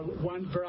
one